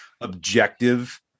objective